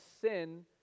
sin